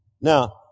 Now